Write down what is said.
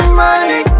money